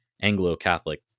Anglo-Catholic